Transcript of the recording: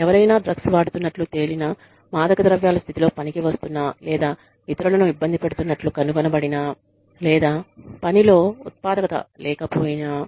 ఎవరైనా డ్రగ్స్ వాడుతున్నట్లు తేలినమాదకద్రవ్యాల స్థితిలో పనికి వస్తున్నా లేదా ఇతరులను ఇబ్బంది పెడుతున్నట్లు కనుగొనబడినా లేదా పనిలో ఉత్పాదకత లేకపోయినా